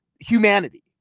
humanity